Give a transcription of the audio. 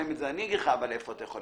אני אגיד לך איפה אתה יכול לפתור את זה.